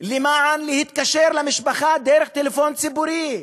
למען התקשרות למשפחה בטלפון ציבורי,